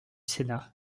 sénat